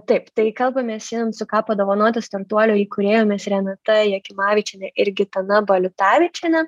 taip tai kalbamės šiandien su ką padovanoti startuolio įkūrėjomis renata jakimavičiene ir gitana baliutavičiene